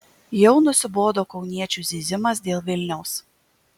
jau nusibodo kauniečių zyzimas dėl vilniaus